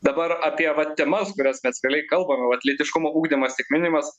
dabar apie va temas kurias mes realiai kalbame vat lytiškumo ugdymas tik minimas